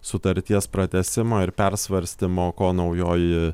sutarties pratęsimo ir persvarstymo ko naujoji